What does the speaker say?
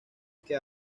que